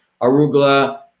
arugula